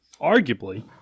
arguably